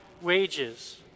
wages